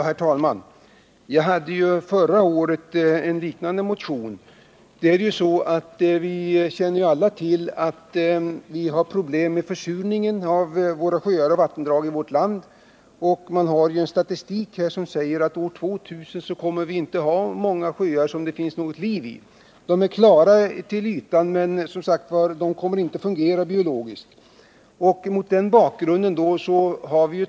Herr talman! Även förra året väckte jag en motion i den här frågan, som gäller de problem vi har i samband med försurningen av sjöar och vattendrag i vårt land. Enligt den statistik som finns på området kommer vi år 2000 inte att ha många sjöar som det finns något liv i. Sjöarna kan vara klara på ytan, men de kommer inte att fungera biologiskt. Användningen av kalk måste därför främjas.